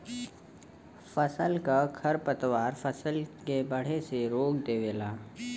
फसल क खरपतवार फसल के बढ़े से रोक देवेला